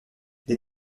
les